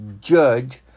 judge